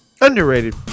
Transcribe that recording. Underrated